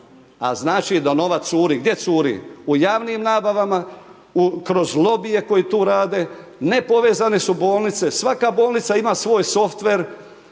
A znači da novac curi, gdje curi? U javnim nabavama, kroz lobije koji tu rade, nepovezane su bolnice, svaka bolnica ima svoj softver